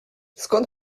skąd